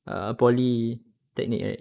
ah polytechnic right